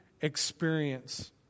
experience